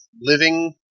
living